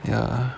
ya